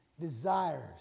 desires